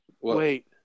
Wait